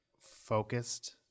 focused